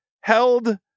held